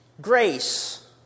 Grace